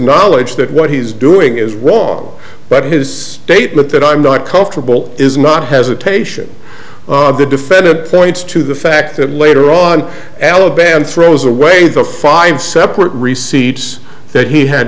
knowledge that what he's doing is wrong but his statement that i'm not comfortable is not hesitation the defendant thanks to the fact that later on alabama throws away the five separate receipts that he had